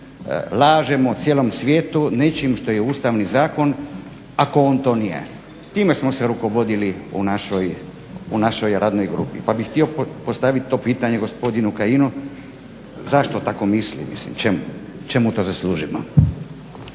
lažemo cijelom svijetu nečim što je Ustavni zakon ako on to nije? Time smo se rukovodili u našoj radnoj grupi. Pa bih htio postaviti to pitanje gospodinu Kajinu zašto tako misli, mislim čemu to zaslužujemo?